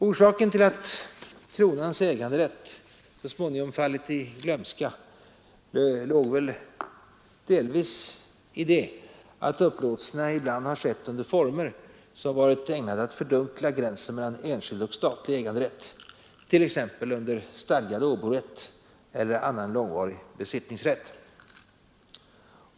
Orsaken till att kronans äganderätt så småningom fallit i glömska låg väl delvis däri att upplåtelserna ibland skett under former som varit ägnade att fördunkla gränsen mellan enskild och statlig äganderätt, t.ex. under stadgad åborätt eller annan långvarig besittningsrätt.